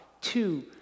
two